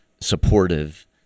supportive